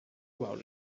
about